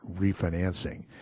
refinancing